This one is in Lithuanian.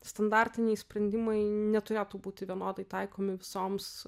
standartiniai sprendimai neturėtų būti vienodai taikomi visoms